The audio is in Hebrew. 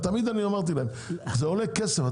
תמיד אמרתי להם זה עולה כסף.